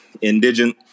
Indigent